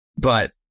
but-